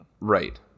Right